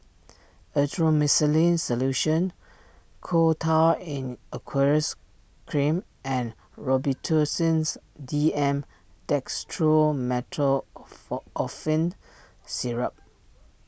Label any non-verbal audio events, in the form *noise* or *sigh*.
Erythroymycin Solution Coal Tar in Aqueous Cream and Robitussins D M *unintelligible* Syrup